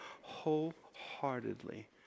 wholeheartedly